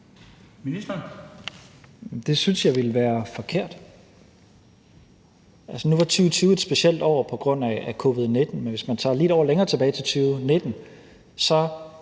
Det synes jeg ville være forkert. Nu var 2020 et specielt år på grund af covid-19, men hvis man går lige et år længere tilbage, nemlig til 2019,